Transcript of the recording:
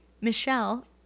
Michelle